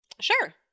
Sure